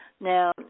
Now